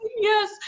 Yes